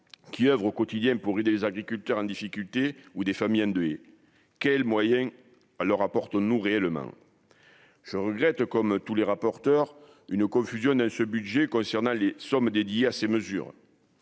qui oeuvre au quotidien pour aider les agriculteurs en difficulté ou des familles endeuillées, quels moyens à leur apporte le main je regrette, comme tous les rapporteurs une confusion ne ce budget concernant les sommes dédiées à ces mesures.